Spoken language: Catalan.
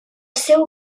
seu